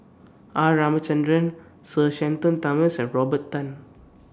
R Ramachandran Sir Shenton Thomas and Robert Tan